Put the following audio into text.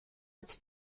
its